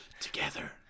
together